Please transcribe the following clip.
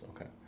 Okay